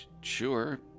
Sure